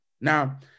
Now